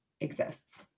exists